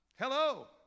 Hello